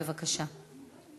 בבקשה.